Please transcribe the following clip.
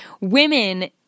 Women